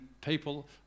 people